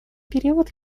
период